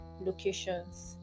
locations